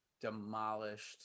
demolished